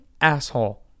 asshole